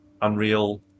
Unreal